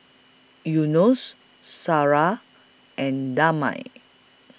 Yunos Sarah and Damia